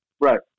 Right